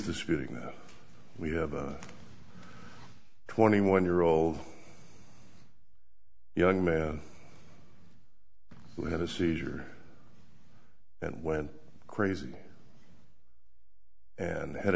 disputing that we have a twenty one year old young man who had a seizure and went crazy and had